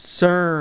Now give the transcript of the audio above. sir